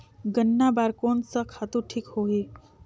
गन्ना बार कोन सा खातु ठीक होही?